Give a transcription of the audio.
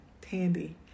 Tandy